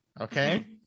okay